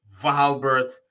Valbert